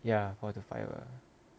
ya four to five ah